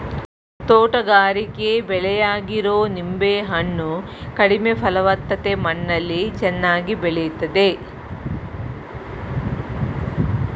ತೋಟಗಾರಿಕೆ ಬೆಳೆಯಾಗಿರೊ ನಿಂಬೆ ಹಣ್ಣು ಕಡಿಮೆ ಫಲವತ್ತತೆ ಮಣ್ಣಲ್ಲಿ ಚೆನ್ನಾಗಿ ಬೆಳಿತದೆ